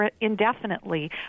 indefinitely